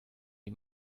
die